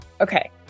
Okay